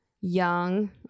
young